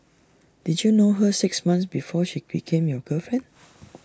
did you know her six months before she became your girlfriend